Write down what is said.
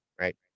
Right